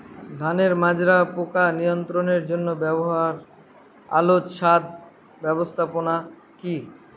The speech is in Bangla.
ধানের মাজরা পোকা নিয়ন্ত্রণের জন্য ব্যবহৃত আলোক ফাঁদ ব্যবস্থাপনা কি?